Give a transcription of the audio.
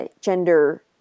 gender